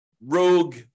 rogue